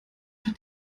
hat